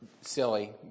silly